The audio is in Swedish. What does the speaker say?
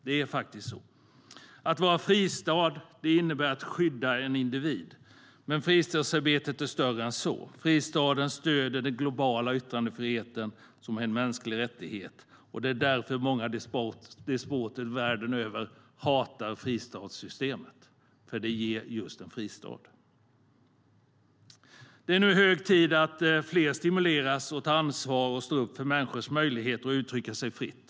Så är det. Att vara fristad innebär att skydda en individ. Men fristadsarbetet är större än så. Fristaden stöder den globala yttrandefriheten som är en mänsklig rättighet. Många despoter världen över hatar fristadssystemet för att det ger just en fristad. Det är hög tid att fler stimuleras att ta ansvar och stå upp för människors möjlighet att uttrycka sig fritt.